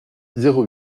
zéro